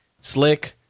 Slick